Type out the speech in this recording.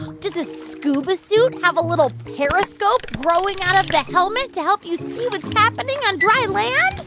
does a scuba suit have a little periscope growing out of the helmet to help you see what's happening on dry land?